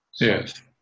Yes